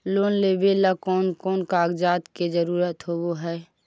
Loan लेबे ला कौन कौन कागजात के जरुरत होबे है?